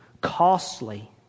costly